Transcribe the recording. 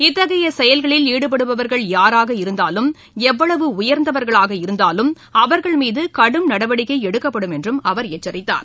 இத்தகைய செயல்களில் ஈடுபடுபவர்கள் யாராக இருந்தாலும் எவ்வளவு உயர்ந்தவர்களாக இருந்தாலும் அவர்கள் மீது கடும் நடவடிக்கை எடுக்கப்படும் என்றும் அவர் எச்சரித்தார்